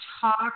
talk